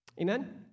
amen